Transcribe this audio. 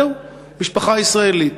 זהו, משפחה ישראלית.